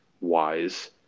wise